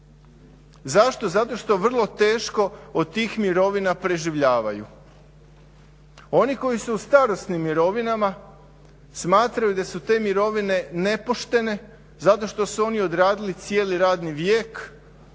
Zašto? Zato što vrlo teško od tih mirovina preživljavaju. Oni koji su u starosnim mirovinama smatraju da su te mirovine nepoštene zato što su oni odradili cijeli radni vijek,